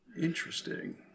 Interesting